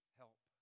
help